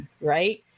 right